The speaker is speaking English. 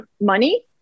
money